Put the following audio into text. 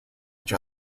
each